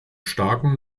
starken